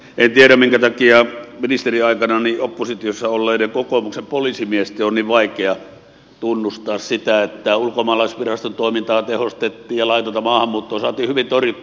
en tiedä minkä takia ministeriaikanani oppositiossa olleiden kokoomuksen poliisimiesten on niin vaikea tunnustaa sitä että ulkomaalaisviraston toimintaa tehostettiin ja laitonta maahanmuuttoa saatiin hyvin torjuttua